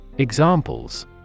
Examples